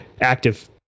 active